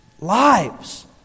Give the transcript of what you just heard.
lives